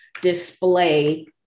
display